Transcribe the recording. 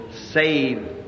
save